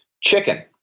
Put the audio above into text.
Chicken